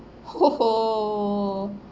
oh